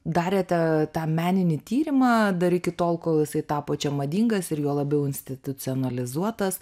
darėte tą meninį tyrimą dar iki tol kol jisai tapo čia madingas ir juo labiau institucionalizuotas